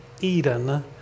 Eden